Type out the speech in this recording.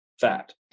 fat